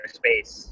space